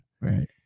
Right